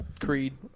Creed